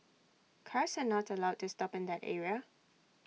cars are not allowed to stop in that area